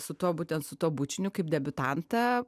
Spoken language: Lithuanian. su tuo būtent su tuo bučiniu kaip debiutantą